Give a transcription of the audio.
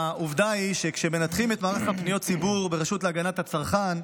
העובדה היא שכשמנתחים את מערך פניות הציבור ברשות להגנת הצרכן,